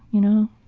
you know?